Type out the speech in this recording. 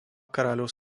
karaliaus